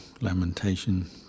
lamentation